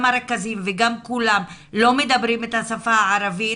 הרכזים וגם כולם לא מדברים את השפה הערבית.